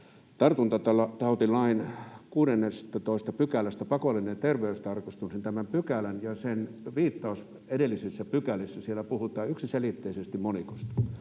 tartuntatautilain 16 §:stä, ”pakollinen terveystarkastus”, niin tässä pykälässä ja siinä viitatuissa edellisissä pykälissä puhutaan yksiselitteisesti monikosta.